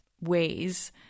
ways